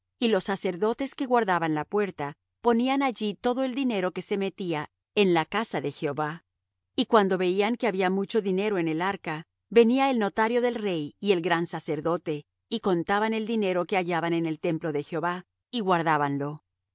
y los sacerdotes que guardaban la puerta ponían allí todo el dinero que se metía en la casa de jehová y cuando veían que había mucho dinero en el arca venía el notario del rey y el gran sacerdote y contaban el dinero que hallaban en el templo de jehová y guardábanlo y